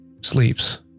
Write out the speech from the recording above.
sleeps